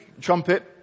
trumpet